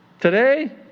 Today